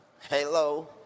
hello